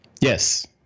Yes